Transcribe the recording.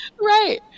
Right